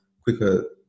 quicker